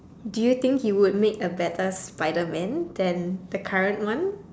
do you think he would make a better spiderman than the current one